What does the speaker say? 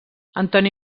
antoni